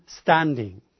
standing